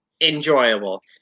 enjoyable